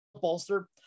bolster